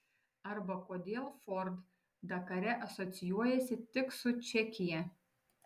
arba kodėl ford dakare asocijuojasi tik su čekija